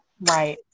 Right